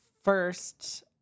first